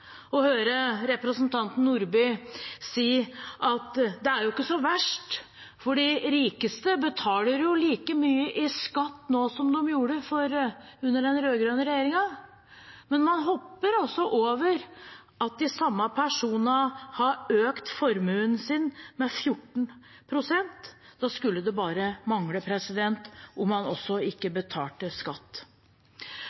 å høre representanten Nordby Lunde si at det er jo ikke så verst, for de rikeste betaler like mye i skatt nå som de gjorde under den rød-grønne regjeringen. Men man hopper altså over at de samme personene har økt formuen sin med 14 pst. Da skulle det bare mangle om man ikke også